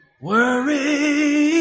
Worry